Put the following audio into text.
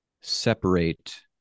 separate